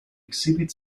exhibit